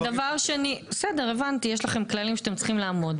שישבו פה לא ייצגו את האוכלוסיות שעושים משלוחים הביתה.